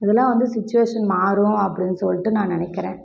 இதெலாம் வந்து சிச்சுவேஷன் மாறும் அப்படின் சொல்லிட்டு நான் நினைக்கிறேன்